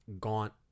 gaunt